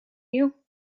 you